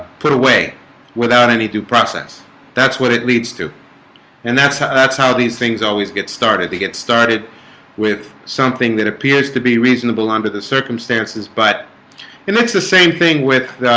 put away without any due process that's what it leads to and that's how that's how these things always get started to get started with something that appears to be reasonable under the circumstances but and it's the same thing with